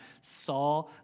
saw